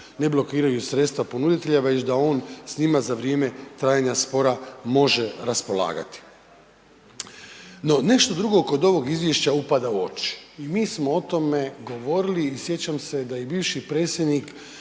ne blokiraju sredstva ponuditelja, već da on s njima za vrijeme trajanja spora može raspolagati. No nešto drugo kod ovog izvješća upada u oči i mi smo o tome govorili i sjećam se da je i bivši predsjednik